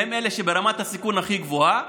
הם אלה שהם ברמת הסיכון הכי גבוהה.